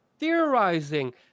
Theorizing